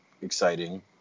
exciting